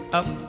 up